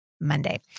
Monday